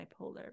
bipolar